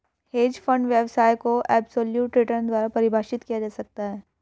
hedge fund व्यवसाय को absolute return द्वारा परिभाषित किया जा सकता है